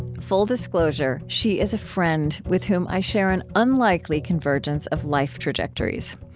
full disclosure she is a friend with whom i share an unlikely convergence of life trajectories.